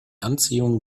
anziehung